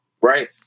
right